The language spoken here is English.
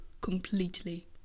completely